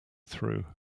through